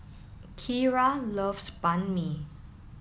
Kiera loves Banh Mi